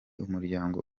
umuryango